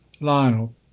Lionel